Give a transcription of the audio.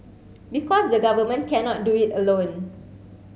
because the government cannot do it alone